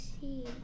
see